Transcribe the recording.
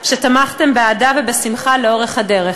שתמכתם באהדה ובשמחה לאורך הדרך,